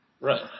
Right